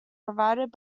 provided